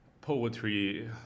poetry